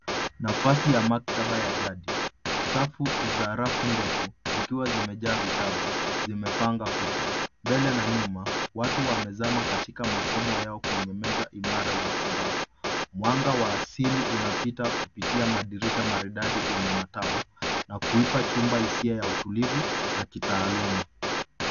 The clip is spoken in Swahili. Nafasi ya maktaba ya jadi. Safu za rafu ndefu zikiwa zimejaa vitabu zimepanga kuta mbele na nyuma watu wamezama katika masomo yao kwenye meza imara za mbao. Mwanga wa asili unapitia kupitia madirisha maridadi yenye matao na kuipa chumba hisia ya utulivu na kitaaluma.